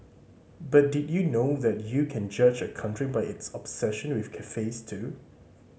but did you know that you can judge a country by its obsession with cafes too